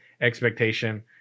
expectation